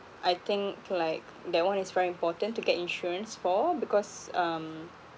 I think like that one is very important to get insurance for because um